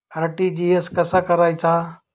RTGS कसा करायचा?